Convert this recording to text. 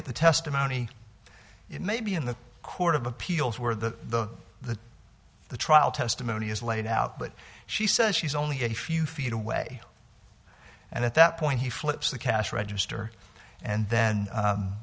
at the testimony it may be in the court of appeals where the the the trial testimony is laid out but she says she's only a few feet away and at that point he flips the cash register and then